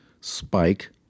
spike